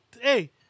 Hey